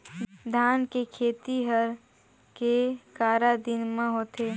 धान के खेती हर के करा दिन म होथे?